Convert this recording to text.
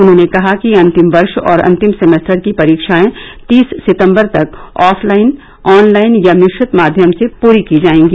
उन्होंने कहा कि अंतिम वर्ष और अंतिम सेमेस्टर की परीक्षाएं तीस सितम्बर तक ऑफलाइन ऑनलाइन या मिश्रित माध्यम से पूरी की जाएगी